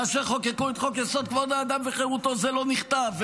כאשר חוקקו את חוק-יסוד: כבוד האדם וחירותו זה לא נכתב.